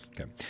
Okay